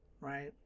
right